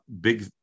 big